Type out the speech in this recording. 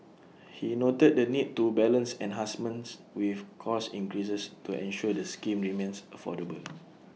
he noted the need to balance enhancements with cost increases to ensure the scheme remains affordable